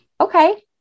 Okay